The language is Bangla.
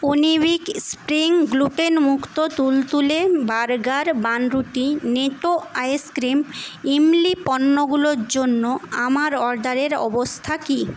উনিবিক স্প্রিং গ্লুটেনমুক্ত তুলতুলে বার্গার বানরুটি নেটো আইসক্রিম ইমলি পণ্যগুলোর জন্য আমার অর্ডারের অবস্থা কী